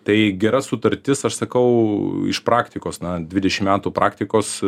tai gera sutartis aš sakau iš praktikos na dvidešim metų praktikos